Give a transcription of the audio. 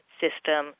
system